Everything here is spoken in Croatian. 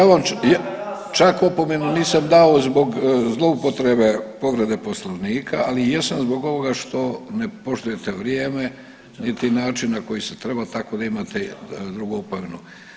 ja vam čak opomenu nisam dao zbog zloupotrebe povrede Poslovnika, ali jesam zbog ovoga što ne poštujete vrijeme, niti način na koji se treba, tako da imate drugu opomenu.